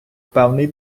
певний